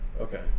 Okay